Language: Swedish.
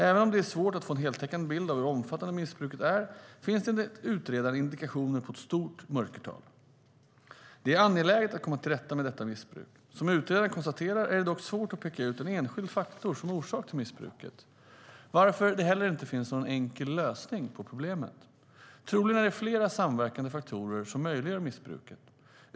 Även om det är svårt att få en heltäckande bild av hur omfattande missbruket är, finns det enligt utredaren indikationer på ett stort mörkertal. Det är angeläget att komma till rätta med detta missbruk. Som utredaren konstaterar är det dock svårt att peka ut en enskild faktor som orsak till missbruket, varför det heller inte finns någon enkel lösning på problemet. Troligen är det flera samverkande faktorer som möjliggör missbruket.